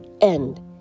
end